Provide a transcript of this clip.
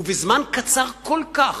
ובזמן קצר כל כך,